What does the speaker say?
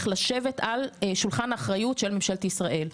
לשבת על שולחן אחריות של ממשלת ישראל,